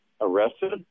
arrested